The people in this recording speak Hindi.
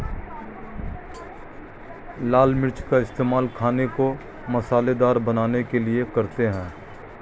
लाल मिर्च का इस्तेमाल खाने को मसालेदार बनाने के लिए करते हैं